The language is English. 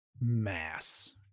mass